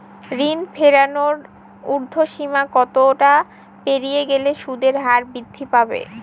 ঋণ ফেরানোর উর্ধ্বসীমা কতটা পেরিয়ে গেলে সুদের হার বৃদ্ধি পাবে?